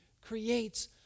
creates